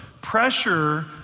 Pressure